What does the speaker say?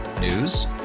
News